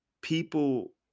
people